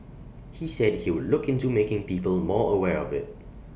he said he would look into making people more aware of IT